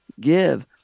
give